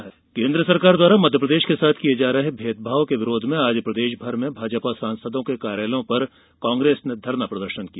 कांग्रेस प्रदर्शन केन्द्र सरकार द्वारा मध्यप्रदेश के साथ किये जा रहे भेदभाव के विरोध में आज प्रदेशभर में भाजपा सांसदों के कार्यालयों पर कांग्रेस ने धरना प्रदर्शन किया